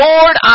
Lord